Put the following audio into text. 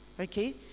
Okay